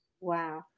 Wow